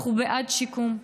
אנחנו בעד שיקום,